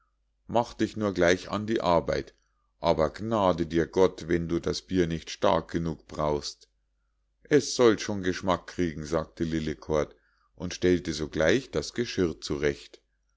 mach dich nur gleich an die arbeit aber gnade dir gott wenn du das bier nicht stark genug brau'st es soll schon geschmack kriegen sagte lillekort und stellte sogleich das geschirr zurecht